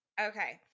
Okay